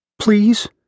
Please